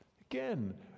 Again